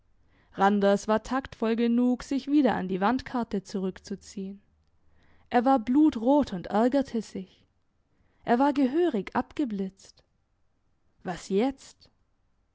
randers war taktvoll genug sich wieder an die wandkarte zurückzuziehen er war blutrot und ärgerte sich er war gehörig abgeblitzt was jetzt